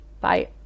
Bye